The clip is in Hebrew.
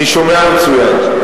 אני שומע מצוין.